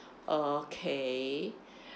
okay